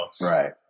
Right